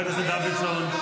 מאיים על המפכ"ל.